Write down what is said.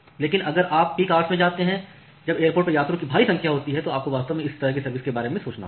लेकिन अगर आप पीक ऑवर्स में जाते हैं जब एयरपोर्ट पर यात्रियों की भारी संख्या होती है तो आपको वास्तव में इस तरह की सर्विस के बारे में सोचना होगा